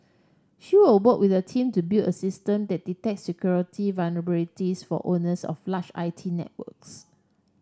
she will work with a team to build a system that detects security vulnerabilities for owners of large I T networks